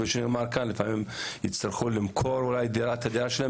לפעמים יצטרכו למכור אולי את הדירה שלהם